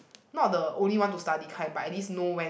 not the only one to study kind but at least know when